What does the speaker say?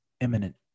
imminent